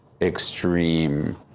extreme